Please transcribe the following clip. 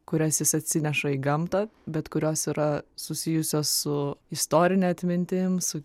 kurias jis atsineša į gamtą bet kurios yra susijusios su istorine atmintim su